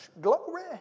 glory